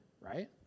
right